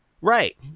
Right